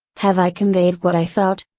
have i conveyed what i felt?